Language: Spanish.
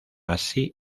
así